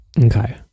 Okay